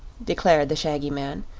declared the shaggy man,